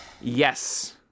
Yes